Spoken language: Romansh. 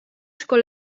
sco